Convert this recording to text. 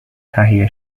تهیه